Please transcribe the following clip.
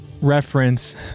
reference